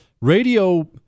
radio